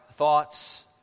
thoughts